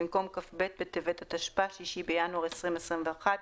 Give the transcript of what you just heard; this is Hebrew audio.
במקום "כ"ב בטבת התשפ"א (6 בינואר 2021)"